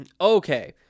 okay